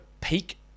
peak